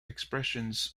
expressions